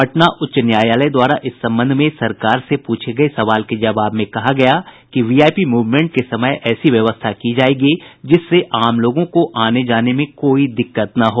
पटना उच्च न्यायालय द्वारा इस संबंध में सरकार से पूछे गये सवाल के जवाब में कहा गया कि वीआईपी मूवमेंट के समय ऐसी व्यवस्था की जायेगी जिससे आम लोगों को आने जाने में दिक्कत न हो